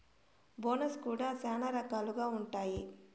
bonus కూడా శ్యానా రకాలుగా ఉంటాయి